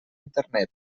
internet